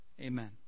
amen